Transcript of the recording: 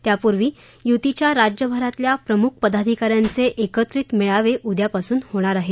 त्यापूर्वी युतीच्या राज्यभरातल्या प्रमुख पदाधिकाऱ्यांचे एकत्रित मेळावे उद्यापासून होणार आहेत